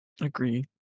agree